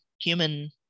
human